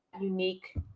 unique